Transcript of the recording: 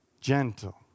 gentle